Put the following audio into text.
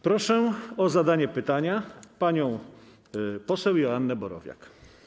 Proszę o zadanie pytania panią poseł Joannę Borowiak.